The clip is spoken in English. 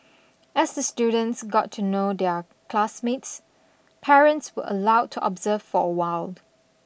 as the students got to know their classmates parents were allowed to observe for a while